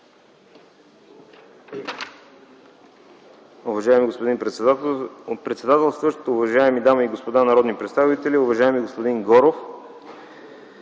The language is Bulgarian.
Уважаема госпожо председател, уважаеми дами и господа народни представители! Уважаеми господин Иванов,